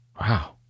Wow